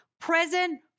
present